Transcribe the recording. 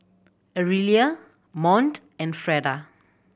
Arielle Mont and Freda